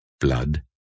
Blood